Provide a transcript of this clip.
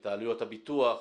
את עלויות הפיתוח,